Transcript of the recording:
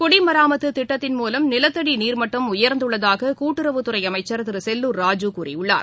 குடிமராமத்துத் திட்டத்தின் மூலம் நிலத்தடிநீர்மட்டம் உயர்ந்துள்ளதாககூட்டுறவுத் துறைஅமம்சர் திருசெல்லூர் ராஜூ கூறியுள்ளார்